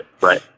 right